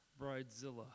Bridezilla